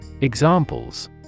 Examples